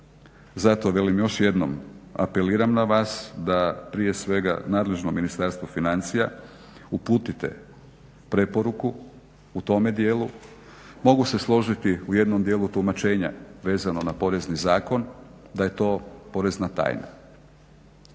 zato velim još jednom apeliram na vas da prije svega nadležno Ministarstvo financija uputite preporuku u tome djelu, mogu se složiti u jednom djelu tumačenja vezano na Porezni zakon da je to porezna tajna,